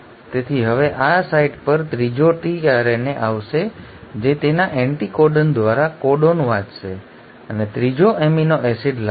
તેથી હવે આ સાઇટ પર ત્રીજો tRNA આવશે જે તેના એન્ટિકોડન દ્વારા કોડોન વાંચશે અને ત્રીજો એમિનો એસિડ લાવશે